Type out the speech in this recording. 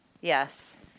Yes